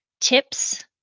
tips